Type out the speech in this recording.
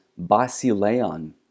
Basileon